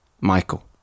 Michael